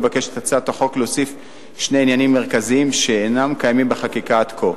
מבקשת הצעת החוק להוסיף שני עניינים מרכזיים שאינם קיימים בחקיקה עד כה.